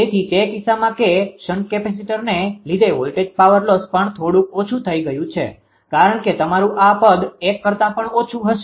તેથી તે કિસ્સામાં કે શન્ટ કેપેસિટરને લીધે વોલ્ટેજ પાવર લોસ પણ થોડુંક ઓછું થઈ ગયું છે કારણ કે તમારું આ પદ 1 કરતા પણ ઓછું થશે